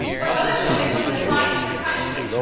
why, mother's family is one of the finest in the country,